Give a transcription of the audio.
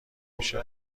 میشه